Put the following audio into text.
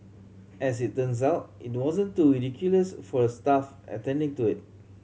as it turns out it wasn't too ridiculous for the staff attending to it